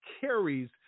carries